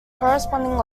corresponding